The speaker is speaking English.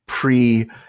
pre